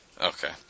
Okay